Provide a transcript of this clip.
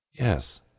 Yes